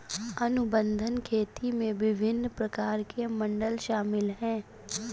अनुबंध खेती में विभिन्न प्रकार के मॉडल शामिल हैं